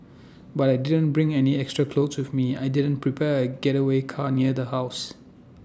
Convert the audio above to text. but I didn't bring any extra clothes with me I didn't prepare A getaway car near the house